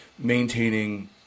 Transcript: maintaining